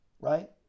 Right